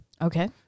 Okay